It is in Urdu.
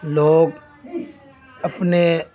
لوگ اپنے